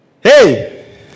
Hey